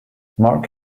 mark